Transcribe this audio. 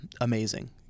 amazing